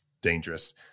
dangerous